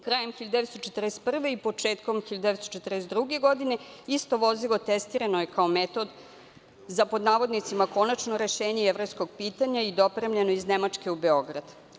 Krajem 1941. godine i početkom 1942. godine isto vozilo je testirano je kao metod za „konačno rešenje jevrejskog pitanja“ i dopremljeno iz Nemačke u Beograd.